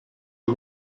are